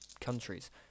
countries